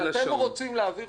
אתה רוצה להעביר חוקים